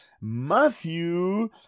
Matthew